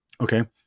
Okay